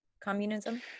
communism